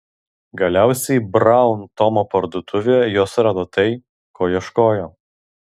galiausiai braun tomo parduotuvėje jos rado tai ko ieškojo